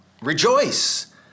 rejoice